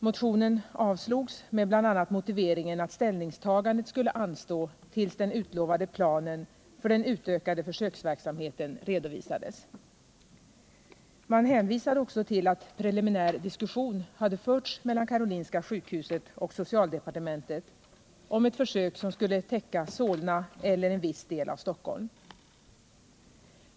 Motionen avstyrktes, bl.a. med motiveringen att ställningstagandet skulle anstå, tills den utlovade planen för den utökade försöksverksamheten redovisades. Man hänvisade också till att preliminär diskussion hade förts mellan Karolinska sjukhuset och socialdepartementet om ett försök, som skulle täcka Solna eller en viss del av Stockholm.